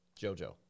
JoJo